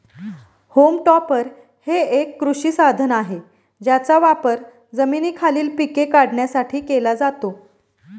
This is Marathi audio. होम टॉपर हे एक कृषी साधन आहे ज्याचा वापर जमिनीखालील पिके काढण्यासाठी केला जातो